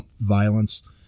violence